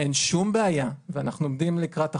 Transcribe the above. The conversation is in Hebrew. אין שום בעיה ואנחנו עומדים לקראת החוק,